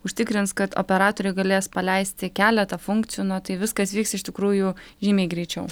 užtikrins kad operatoriai galės paleisti keletą funkcijų nu tai viskas vyks iš tikrųjų žymiai greičiau